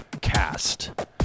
cast